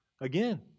again